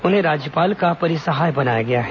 उन्हें राज्यपाल का परिसहाय बनाया गया है